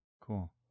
Cool